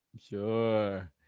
Sure